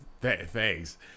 Thanks